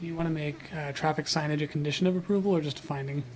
you want to make our traffic signage a condition of approval or just finding